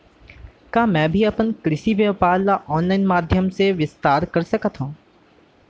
का मैं भी अपन कृषि व्यापार ल ऑनलाइन माधयम से विस्तार कर सकत हो?